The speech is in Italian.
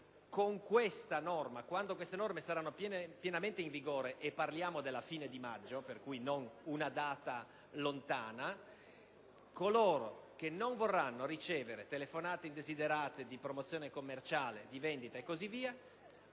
"milleproroghe". Quando queste norme saranno pienamente in vigore (parliamo della fine di maggio, non di una data lontana), coloro che non vorranno ricevere telefonate indesiderate di promozione commerciale, di vendita e così via